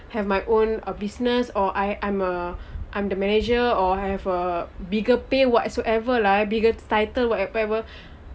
have my own uh business or I I'm uh I'm the manager or have a bigger pay whatsoever lah bigger title whatever